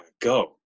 go